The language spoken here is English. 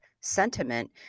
sentiment